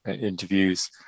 interviews